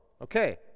Okay